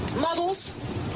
Models